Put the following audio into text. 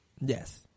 Yes